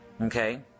Okay